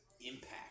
impact